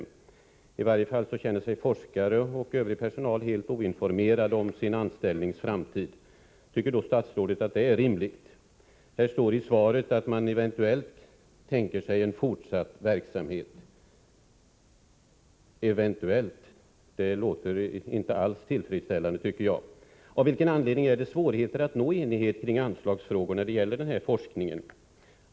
I varje fall känner sig forskare och övrig personal helt oinformerade om sina anställningars framtid. Tycker statsrådet att det är rimligt? Det talas i svaret om ”en eventuell fortsatt verksamhet”. Ordet ”eventuell” låter inte alls tillfredsställande. Av vilken anledning är det svårt att nå enighet kring anslagsfrågor när det gäller denna forskning?